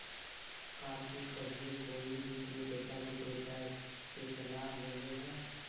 का तु कहियो कोई वित्तीय डेटा विक्रेता के सलाह लेले ह?